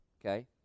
okay